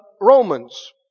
Romans